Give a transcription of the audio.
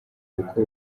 kuko